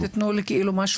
אבל תביאו לי אחר כך חומר,